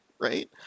right